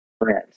friends